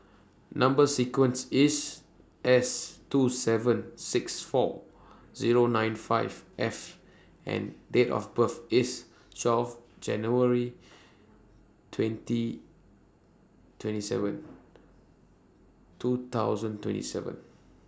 Number sequence IS S two seven six four Zero nine five F and Date of birth IS twelve January twenty twenty seven